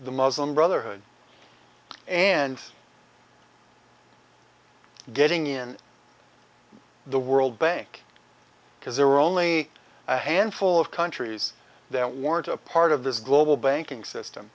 the muslim brotherhood and getting in the world bank because there were only a handful of countries that weren't a part of this global banking system